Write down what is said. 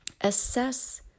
Assess